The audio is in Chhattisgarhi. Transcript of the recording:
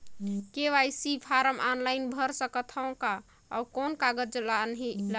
के.वाई.सी फारम ऑनलाइन भर सकत हवं का? अउ कौन कागज लगही?